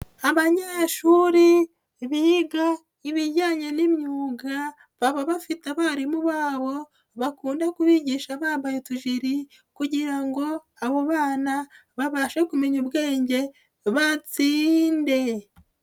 Abanyeshuri biga ibijyanye n'imyuga baba bafite abarimu babo bakunda kubigisha bambaye utujiri kugira ngo abo bana babashe kumenya ubwenge batsinde.